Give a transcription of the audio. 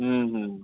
হুম হুম